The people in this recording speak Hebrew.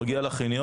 הוא מגיע לחניון?